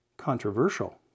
controversial